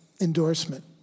endorsement